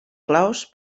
claus